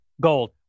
gold